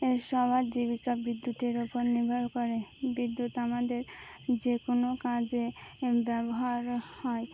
এর সবার জীবিকা বিদ্যুতের ওপর নির্ভর করে বিদ্যুৎ আমাদের যে কোনো কাজে ব্যবহার হয়